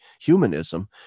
Humanism